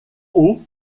haut